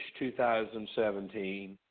2017